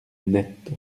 nette